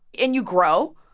and you grow.